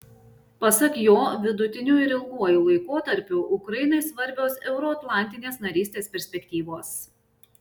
pasak jo vidutiniu ir ilguoju laikotarpiu ukrainai svarbios euroatlantinės narystės perspektyvos